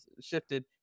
shifted